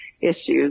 issues